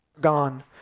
gone